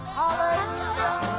hallelujah